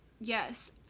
Yes